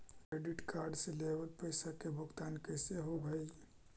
Credit card से लेवल पैसा के भुगतान कैसे होव हइ?